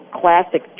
classic